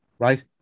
Right